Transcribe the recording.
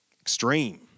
extreme